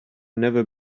never